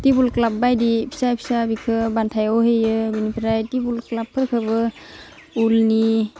table cloth बायदि फिसा फिसा बिखौ बान्थायाव होयो बेनिफ्राय टेबोल क्लथफोरखौबो उलनि